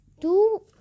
two